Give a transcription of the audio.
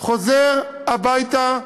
חוזר הביתה בשלום,